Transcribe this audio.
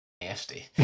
Nasty